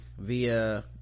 via